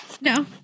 No